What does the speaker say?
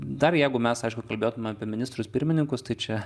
dar jeigu mes aišku kalbėtume apie ministrus pirmininkus tai čia